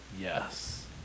Yes